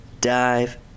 dive